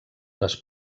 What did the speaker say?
les